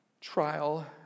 trial